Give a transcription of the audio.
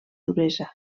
duresa